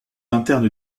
interne